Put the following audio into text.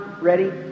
ready